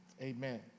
Amen